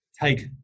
take